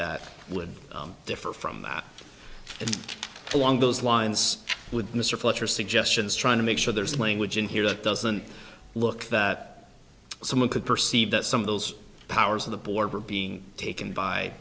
that would differ from that and along those lines with mr fletcher suggestions trying to make sure there is language in here that doesn't look that someone could perceive that some of those powers of the border being taken by